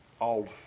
old